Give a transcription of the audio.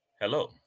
Hello